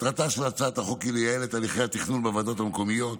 מטרתה של הצעת החוק היא לייעל את הליכי התכנון בוועדות המקומיות.